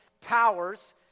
powers